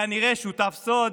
כנראה שותף סוד,